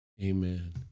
Amen